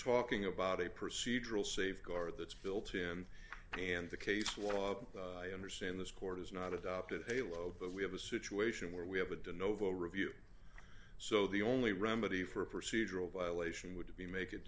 talking about a procedural safeguards that's built in and the case law i understand this court has not adopted halo but we have a situation where we have a dyno voe review so the only remedy for a procedural violation would be mak